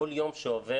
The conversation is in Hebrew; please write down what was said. כל יום שעובר